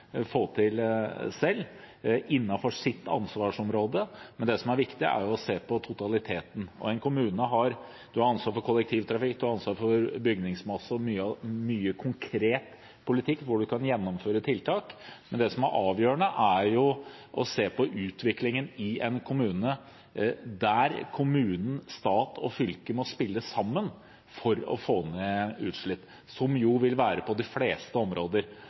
sitt ansvarsområde, men det som er viktig, er å se på totaliteten. En kommune har ansvar for kollektivtrafikk, for bygningsmasse og mye konkret politikk der en kan gjennomføre tiltak, men det som er avgjørende, er å se på utviklingen i en kommune der kommune, stat og fylke må spille sammen for å få ned utslipp, som jo vil være på de fleste områder.